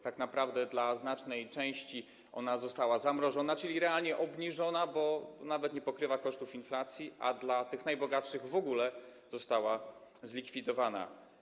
Tak naprawdę dla znacznej części ona została zamrożona, czyli realnie obniżona, bo nawet nie pokrywa kosztów inflacji, a dla tych najbogatszych w ogóle została zlikwidowana.